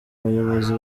bayobozi